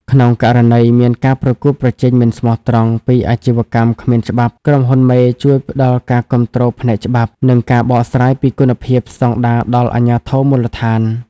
ក្នុងករណីមាន "ការប្រកួតប្រជែងមិនស្មោះត្រង់" ពីអាជីវកម្មគ្មានច្បាប់ ក្រុមហ៊ុនមេជួយផ្ដល់ការគាំទ្រផ្នែកច្បាប់ និងការបកស្រាយពីគុណភាពស្ដង់ដារដល់អាជ្ញាធរមូលដ្ឋាន។